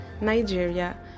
Nigeria